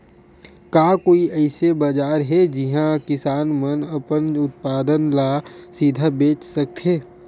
का कोई अइसे बाजार हे जिहां किसान मन अपन उत्पादन ला सीधा बेच सकथे?